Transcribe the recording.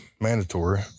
mandatory